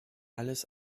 alles